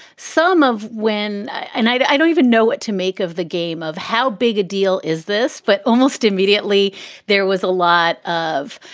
some of when and i don't even know what to make of the game of how big a deal is this? but almost immediately there was a lot of,